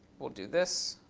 we'll do this.